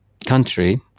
country